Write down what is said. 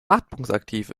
atmungsaktiv